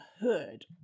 hood